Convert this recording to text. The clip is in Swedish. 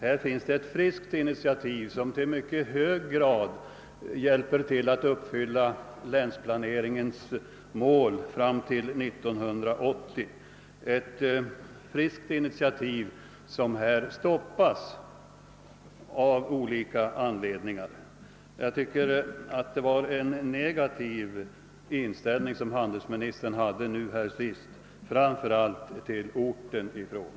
Här är ett friskt initiativ som vid ett genomförande i stor utsträckning skulle bidra till uppnåendet av länsplaneringens mål fram till 1980 — ett friskt initiativ som stoppas av olika anledningar. Jag tycker att handelsministern med vad han sist sade visade en negativ inställning, framför allt till orten i fråga.